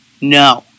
No